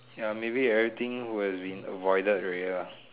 ya maybe everything would have been avoided already lah